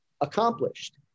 accomplished